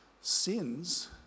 sins